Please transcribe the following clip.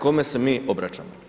Kome se mi obraćamo?